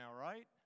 right